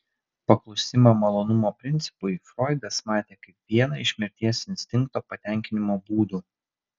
paklusimą malonumo principui froidas matė kaip vieną iš mirties instinkto patenkinimo būdų